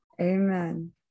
Amen